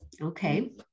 okay